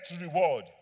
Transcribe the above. reward